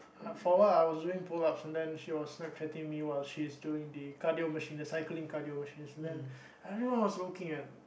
for a while I was doing pull ups and then she was snap chatting me while she's doing D cardio machines the cycling cardio machines then everyone was looking at